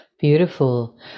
Beautiful